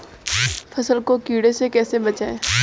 फसल को कीड़े से कैसे बचाएँ?